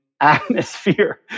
atmosphere